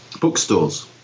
bookstores